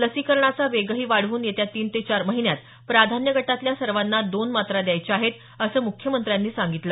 लसीकरणाचा वेगही वाढवून येत्या तीन ते चार महिन्यात प्राधान्य गटातल्या सर्वाँना दोन मात्रा द्यायच्या आहेत असं मुख्यमंत्र्यांनी सांगितलं